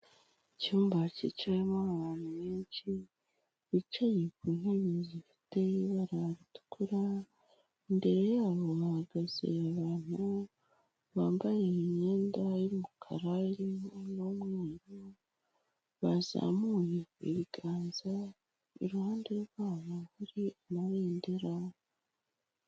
Icyumba cyicayemo abantu benshi, bicaye ku ntebe zifite ibara ritukura, imbere yabo hahagaze abantu bambaye imyenda y'umukara irimo n'umweru, bazamuye ibiganza, iruhande rwabo hari amabendera.